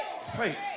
faith